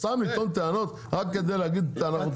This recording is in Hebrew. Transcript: סתם לטעון טענות רק כדי להגיד שאנחנו טוענים?